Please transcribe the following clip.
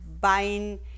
buying